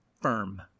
firm